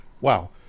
Wow